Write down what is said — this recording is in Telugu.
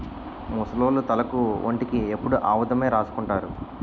ముసలోళ్లు తలకు ఒంటికి ఎప్పుడు ఆముదమే రాసుకుంటారు